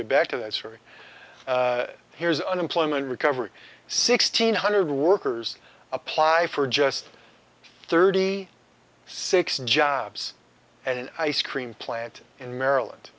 get back to this story here's an employment recovery sixteen hundred workers apply for just thirty six jobs and an ice cream plant in maryland